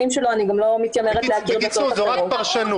בקיצור, זאת רק פרשנות.